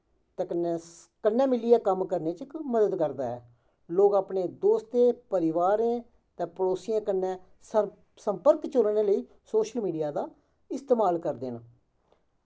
ते कन्नै कन्नै मिलियै कम्म करने च इक मदद करदा ऐ लोक अपने दोस्तें परिवारें ते पड़ोसियें कन्नै संपर्क च रौह्ने लेई सोशल मीडिया दा इस्तमाल करदे न